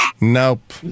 Nope